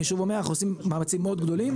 אני שוב אומר אנחנו עושים מאמצים מאוד גדולים,